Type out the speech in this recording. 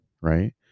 right